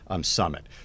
Summit